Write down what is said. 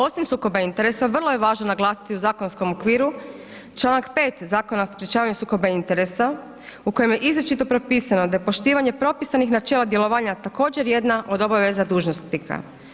Osim sukoba interesa vrlo je važno naglasiti u zakonskom okviru čl. 5. Zakona o sprječavanju sukoba interesa u kojem je izričito propisano da je poštivanje propisanih načela djelovanja također jedna od obaveza dužnosnika.